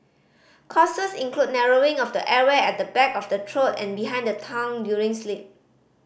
causes include narrowing of the airway at the back of the throat and behind the tongue during sleep